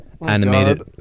Animated